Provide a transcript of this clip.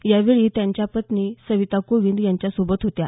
यावेळी त्यांच्या पत्नी सविता कोविंद त्यांच्या सोबत होत्या